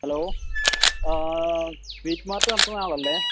hello sweet mart നടത്തുന്ന ആളല്ലേ